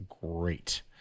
great